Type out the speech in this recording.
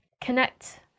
connect